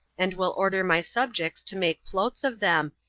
and will order my subjects to make floats of them,